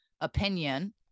opinion